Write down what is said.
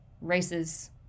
races